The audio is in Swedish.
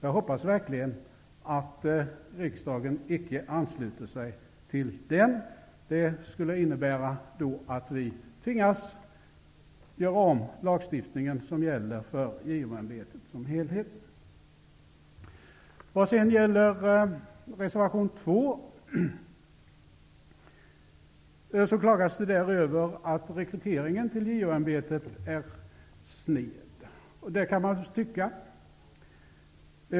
Jag hoppas verkligen att riksdagen icke ansluter sig till den. Det skulle innebära att vi tvingas göra om lagstiftningen som gäller JO-ämbetet i helhet. Vad gäller reservation 2 klagas det över att rekryteringen till JO-ämbetet är sned. Det kan man tycka.